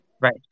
Right